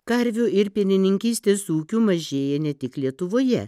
karvių ir pienininkystės ūkių mažėja ne tik lietuvoje